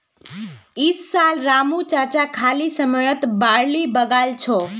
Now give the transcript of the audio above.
इस साल रामू चाचा खाली समयत बार्ली लगाल छ